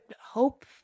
hope